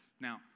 Now